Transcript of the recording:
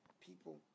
people